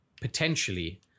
potentially